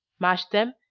mash them,